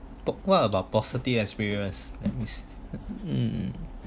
talk what about positive experience hmm